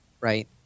Right